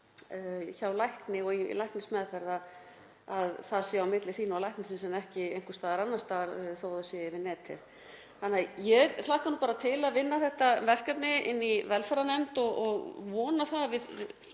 hjá lækni og í læknismeðferð að það sé á milli þín og læknisins en ekki einhvers staðar annars staðar þó að það sé yfir netið. Ég hlakka bara til að vinna þetta verkefni í velferðarnefnd og vona að við